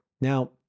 Now